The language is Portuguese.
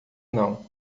não